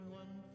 one